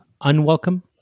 unwelcome